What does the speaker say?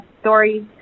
stories